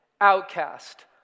outcast